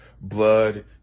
blood